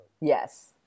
Yes